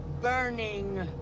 burning